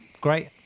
great